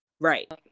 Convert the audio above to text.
right